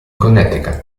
connecticut